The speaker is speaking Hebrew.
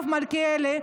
מלכיאלי,